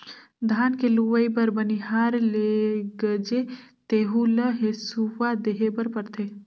धान के लूवई बर बनिहार लेगजे तेहु ल हेसुवा देहे बर परथे